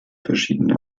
verschiedene